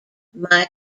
michael